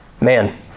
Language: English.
man